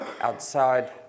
outside